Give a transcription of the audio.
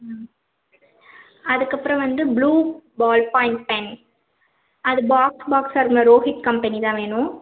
ம் அதுக்கப்புறம் வந்து ப்ளூ பால் பாயிண்ட் பென் அது பாக்ஸ் பாக்ஸாக இருக்கணும் ரோஹித் கம்பெனி தான் வேணும்